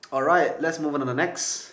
alright let's move on to the next